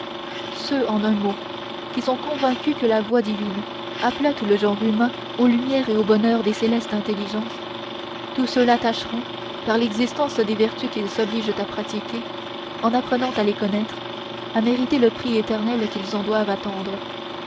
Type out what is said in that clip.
ceux en un mot qui sont convaincus que la voix divine appela tout le genre humain aux lumières et au bonheur des célestes intelligences tout ceux-là tâcheront par l'exercice des vertus qu'ils s'obligent à pratiquer en apprenant à les connaître à mériter le prix éternel qu'ils en doivent attendre